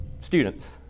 students